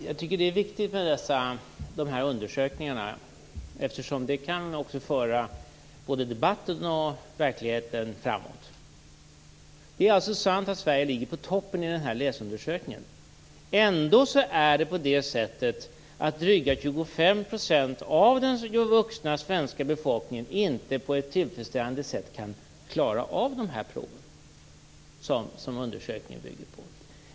Fru talman! Det är viktigt med olika undersökningar, eftersom de kan föra både debatten och verkligheten framåt. Det är alltså sant att Sverige ligger i toppen enligt denna läsundersökning. Ändå är det drygt 25 % av den vuxna svenska befolkningen som inte på ett tillfredsställande sätt kan klara av de prov som undersökningen bygger på.